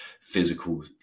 physical